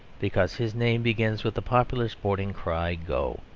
because his name begins with the popular sporting cry go!